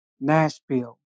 Nashville